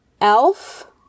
Elf